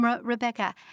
Rebecca